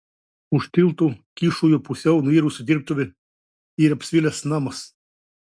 už tilto kyšojo pusiau nuirusi dirbtuvė ir apsvilęs namas